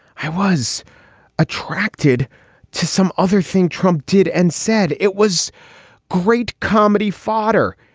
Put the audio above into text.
i was attracted to some other thing trump did and said it was great comedy fodder.